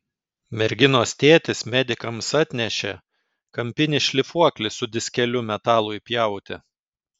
merginos tėtis medikams atnešė kampinį šlifuoklį su diskeliu metalui pjauti